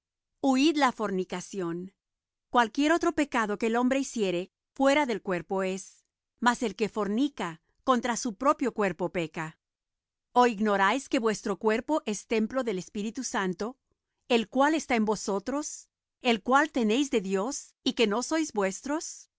huid la fornicación cualquier otro pecado que el hombre hiciere fuera del cuerpo es mas el que fornica contra su propio cuerpo peca o ignoráis que vuestro cuerpo es templo del espíritu santo el cual está en vosotros el cual tenéis de dios y que no sois vuestros